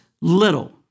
little